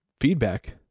feedback